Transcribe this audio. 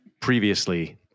previously